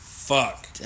Fuck